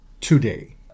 today